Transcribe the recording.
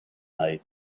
night